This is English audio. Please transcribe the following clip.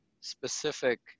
specific